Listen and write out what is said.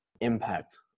impact